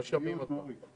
יו"ש,